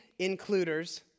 includers